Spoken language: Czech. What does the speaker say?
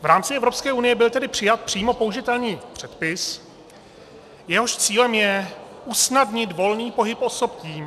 V rámci Evropské unie byl tedy přijat přímo použitelný předpis, jehož cílem je usnadnit volný pohyb osob tím...